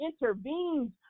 intervenes